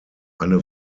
eine